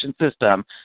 system